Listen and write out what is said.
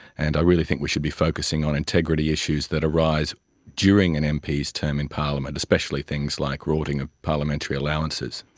and i really think we should be focusing on integrity issues that arise during and an mp's term in parliament, especially things like rorting of parliamentary allowances.